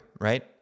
right